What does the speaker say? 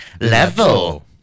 level